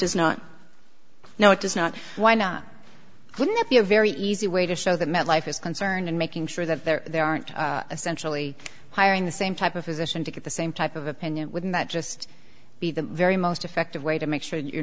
does not no it does not why not wouldn't that be a very easy way to show that metlife is concerned in making sure that they aren't essentially hiring the same type of position to get the same type of opinion wouldn't that just be the very most effective way to make sure you're